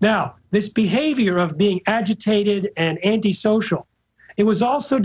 now this behavior of being agitated and anti social it was also